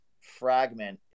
fragment